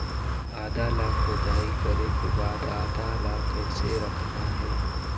आदा ला खोदाई करे के बाद आदा ला कैसे रखना हे?